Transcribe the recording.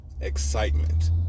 excitement